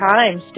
Time